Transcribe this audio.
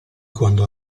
quando